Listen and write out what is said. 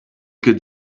could